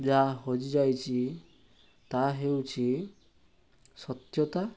ଯାହା ହଜିଯାଇଛି ତାହା ହେଉଛି ସତ୍ୟତା